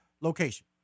location